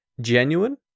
genuine